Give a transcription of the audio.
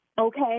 Okay